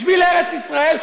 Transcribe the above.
בשביל ארץ ישראל,